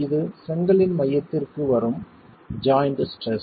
இது செங்கலின் மையத்திற்கு வரும் ஜாய்ண்ட் ஸ்ட்ரெஸ்